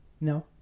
no